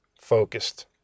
Focused